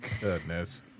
Goodness